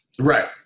right